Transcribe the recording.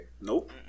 Nope